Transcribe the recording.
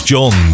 John